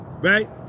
Right